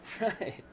Right